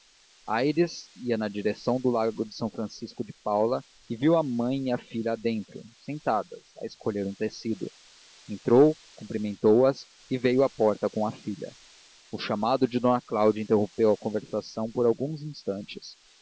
ia na direção do largo de são francisco de paula e viu a mãe e a filha dentro sentadas a escolher um tecido entrou cumprimentou as e veio à porta com a filha o chamado de d cláudia interrompeu a conversação por alguns instantes